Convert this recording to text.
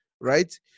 right